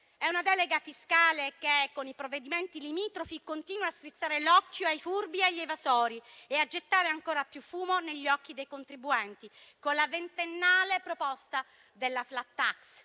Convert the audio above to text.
È una delega fiscale che, con i provvedimenti limitrofi, continua a strizzare l'occhio ai furbi e agli evasori, e a gettare ancora più fumo negli occhi dei contribuenti con la ventennale proposta della *flat tax.*